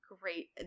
Great